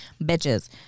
bitches